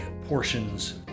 portions